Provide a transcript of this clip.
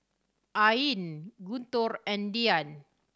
Ain Guntur and Dian